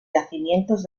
yacimientos